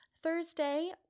Thursday